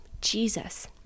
Jesus